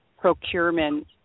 procurement